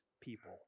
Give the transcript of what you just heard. people